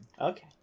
Okay